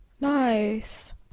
Nice